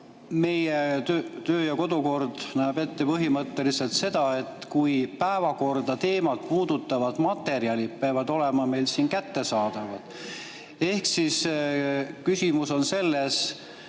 meie töö- ja kodukord näeb ette põhimõtteliselt seda, et päevakorra teemat puudutavad materjalid peavad olema kättesaadavad. Ehk siis küsimus on selles,